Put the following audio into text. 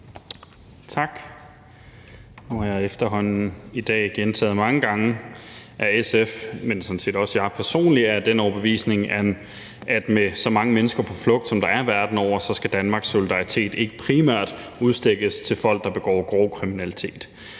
Tak. Nu har jeg i dag efterhånden mange gange gentaget, at SF og sådan set også jeg personligt er af den overbevisning, at med så mange mennesker på flugt, som der er verden over, skal Danmarks solidaritet ikke primært udstikkes til folk, der begår grov kriminalitet.